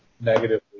negatively